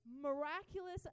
miraculous